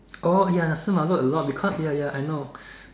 oh ya some I have heard a lot cause ya ya I know